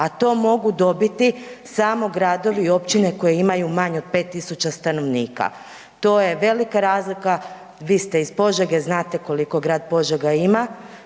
a to mogu dobiti samo gradovi i općine koje imaju manje od 5.000 stanovnika. To je velika razlika, vi ste i Požege, znate koliko grad Požega ima,